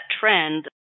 trend